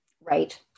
Right